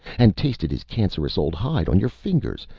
and tasted his cancerous old hide on your fingers.